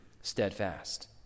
steadfast